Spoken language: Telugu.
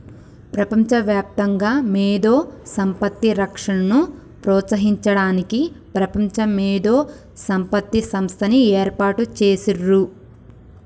ప్రపంచవ్యాప్తంగా మేధో సంపత్తి రక్షణను ప్రోత్సహించడానికి ప్రపంచ మేధో సంపత్తి సంస్థని ఏర్పాటు చేసిర్రు